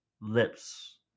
lips